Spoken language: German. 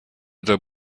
der